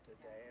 today